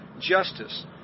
justice